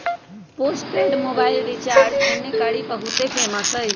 postpaid mobile recharge एन्ने कारि बहुते फेमस हई